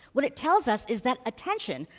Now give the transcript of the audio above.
what it tells us is that attention,